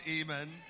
amen